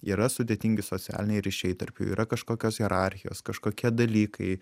yra sudėtingi socialiniai ryšiai tarp jų yra kažkokios hierarchijos kažkokie dalykai